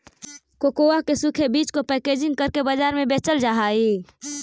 cocoa के सूखे बीज को पैकेजिंग करके बाजार में बेचल जा हई